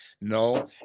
no